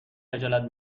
خجالت